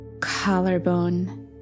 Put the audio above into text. Collarbone